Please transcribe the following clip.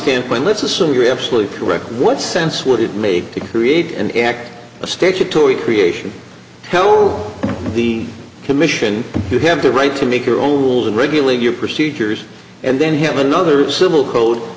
by let's assume you're absolutely correct what sense would it make to create and act a statutory creation so the commission you have the right to make your own rules and regulate your procedures and then have another civil code